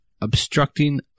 obstructing